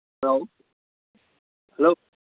hello hello